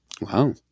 Wow